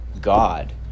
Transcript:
God